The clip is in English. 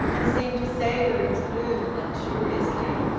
and seemed to savour its gloom luxuriously.